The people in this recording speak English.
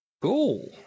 Cool